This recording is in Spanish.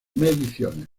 mediciones